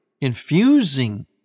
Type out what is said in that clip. infusing